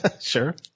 sure